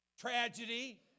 tragedy